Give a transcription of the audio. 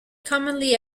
commonly